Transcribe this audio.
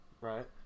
Right